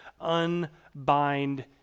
unbind